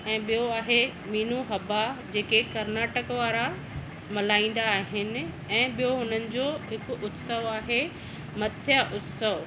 ऐ ॿियो आहे मीनू हब्बा जेके कर्नाटक वारा मल्हाइंदा आहिनि ऐं ॿियो हुननि जो हिकु उत्सव आहे मत्सय उत्सव